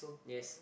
yes